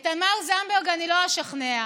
את תמר זנדברג אני לא אשכנע.